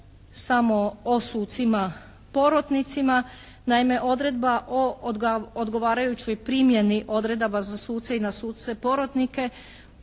samo o sucima porotnicima. Naime, odredba o odgovarajućoj primjeni odredaba za suce i na suce porotnike